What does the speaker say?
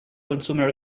consumer